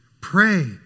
Pray